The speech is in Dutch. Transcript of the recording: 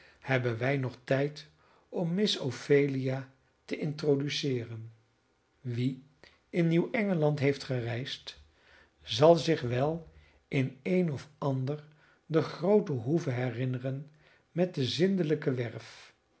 hebben wij nog tijd om miss ophelia te introduceeren wie in nieuw engeland heeft gereisd zal zich wel in een of ander de groote hoeve herinneren met de zindelijke werf